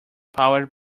powered